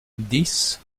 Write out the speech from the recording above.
dix